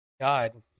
God